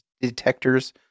detectors